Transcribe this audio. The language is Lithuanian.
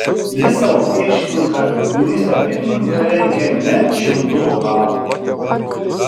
jis savo priešininką ministrą pirmininką lenkia net šimtu bokalų